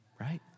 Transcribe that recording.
right